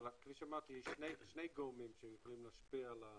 אבל יש שני גורמים שיכולים להשפיע על התחזית: